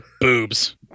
Boobs